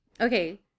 okay